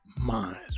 minds